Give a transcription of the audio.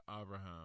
Abraham